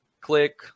Click